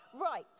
Right